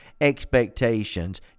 expectations